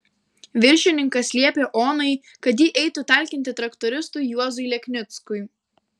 viršininkas liepė onai kad ji eitų talkinti traktoristui juozui leknickui